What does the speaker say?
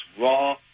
raw